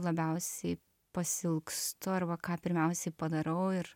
labiausiai pasiilgstu arba ką pirmiausiai padarau ir